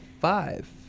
five